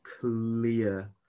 clear